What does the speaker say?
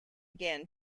again